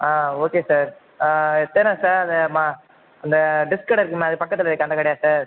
ஆ okay sir ஆ சரி sir ம் அந்த ட்ரெஸ் கடை இருக்குமே அதுக்கு பக்கத்தில் இருக்கே அந்த கடையா சார்